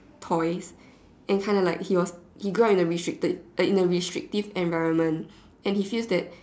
toys and kind of like he was he grow up in a restricted restrictive environment and he feels that